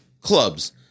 clubs